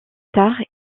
tard